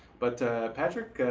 but patrick,